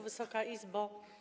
Wysoka Izbo!